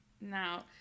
Now